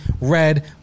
Red